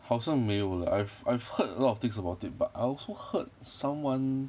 好像没有 I've I've heard a lot of things about it but I also heard someone